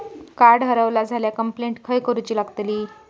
Card हरवला झाल्या complaint खय करूची लागतली?